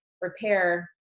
repair